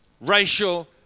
racial